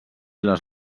les